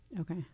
Okay